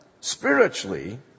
Spiritually